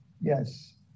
Yes